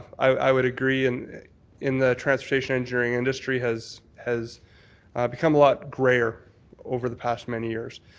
i would agree and in the transportation engineering industry has has become a lot grayer over the past many years.